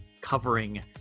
covering